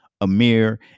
Amir